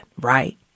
Right